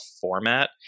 format